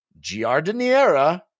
giardiniera